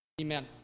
Amen